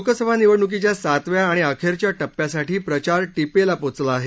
लोकसभा निवडणूकीच्या सातव्या आणि अखेरच्या टप्प्यासाठी प्रचार टिपेला पोचला आहे